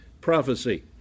prophecy